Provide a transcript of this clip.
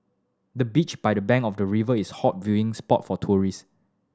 the bench by the bank of the river is hot viewing spot for tourist